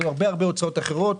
היו הרבה הוצאות אחרות,